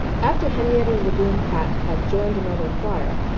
after henrietta lebrune patch had joined another choir,